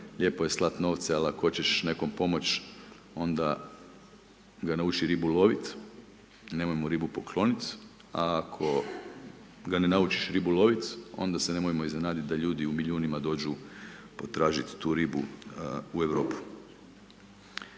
lijepo je slati novce, ali ako hoćeš nekom pomoć, onda ga nauči ribu lovit, nemojmo ribu poklonit, a ako ga ne naučiš ribu lovit, onda se nemojmo iznenadit da ljudi dođu potražit tu ribu u Europu.